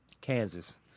Kansas